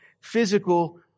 physical